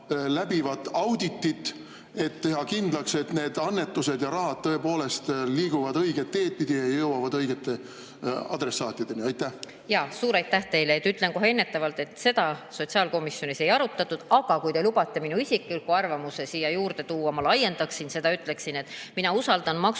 läbiv audit, et teha kindlaks, et need annetused ja rahad tõepoolest liiguvad õiget teed pidi ja jõuavad õigete adressaatideni? Suur aitäh teile! Ütlen kohe ennetavalt, et seda sotsiaalkomisjonis ei arutatud. Aga kui te lubate minu isikliku arvamuse siia juurde tuua, siis ma laiendaksin seda ja ütleksin, et mina usaldan Maksu-